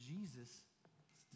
Jesus